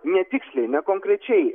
netiksliai nekonkrečiai